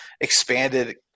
expanded